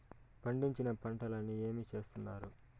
పండించిన పంటలని ఏమి చేస్తున్నారు?